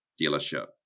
dealership